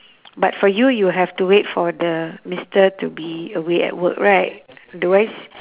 but for you you have to wait for the mister to be away at work right otherwise